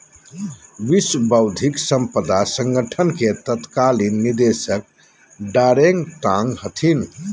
विश्व बौद्धिक साम्पदा संगठन के तत्कालीन निदेशक डारेंग तांग हथिन